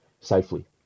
safely